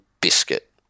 biscuit